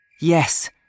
Yes